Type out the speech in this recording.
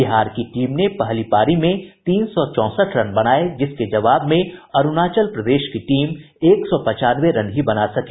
बिहार की टीम पहली ने पारी में तीन सौ चौंसठ रन बनाये जिसके जवाब में अरूणाचल प्रदेश की टीम एक सौ पचानवे रन ही बना सकी